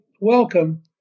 welcome